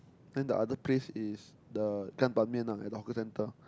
then the other place is the gan-ban-mian lah at the hawker centre